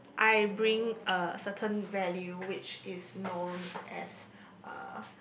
I bring a certain value which is known as uh